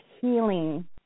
healing